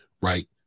right